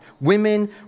Women